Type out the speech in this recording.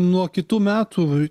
nuo kitų metų